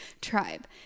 tribe